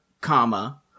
comma